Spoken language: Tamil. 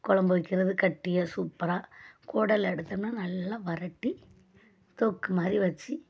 கொழம்பு வைக்கிறது கெட்டியா சூப்பராக குடல் எடுத்தோம்னால் நல்லா வரட்டி தொக்கு மாதிரி வச்சு